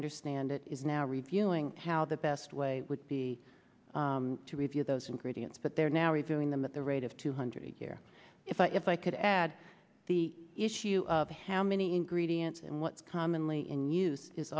understand it is now reviewing how the best way would be to review those ingredients but they're now reviewing them at the rate of two hundred a year if i if i could add the issue of how many ingredients and what's commonly in use is